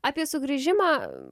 apie sugrįžimą